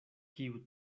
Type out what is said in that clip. kiu